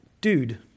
dude